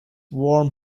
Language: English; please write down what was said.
warm